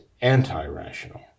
anti-rational